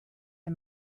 the